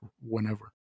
whenever